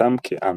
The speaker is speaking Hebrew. וזהותם כעם.